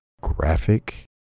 graphic